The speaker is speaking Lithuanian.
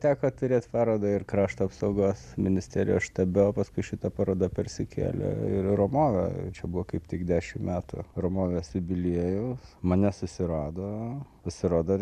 teko turėt parodą ir krašto apsaugos ministerijos štabe o paskui šita paroda persikėlė ir į ramovę čia buvo kaip tik dešimt metų ramovės jubiliejaus mane susirado pasirodo